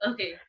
Okay